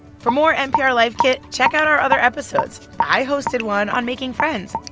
for more npr life kit, check out our other episodes. i hosted one on making friends.